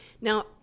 Now